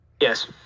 Yes